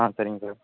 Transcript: ஆ சரிங்க சார்